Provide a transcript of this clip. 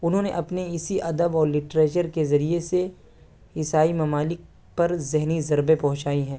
انہوں نے اپنے اسی ادب اور لٹریچر کے ذریعے سے عیسائی ممالک پر ذہنی ضربیں پہنچائیں ہیں